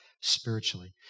spiritually